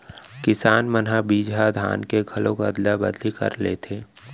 किसान मन ह बिजहा धान के घलोक अदला बदली कर लेथे